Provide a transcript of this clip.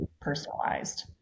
personalized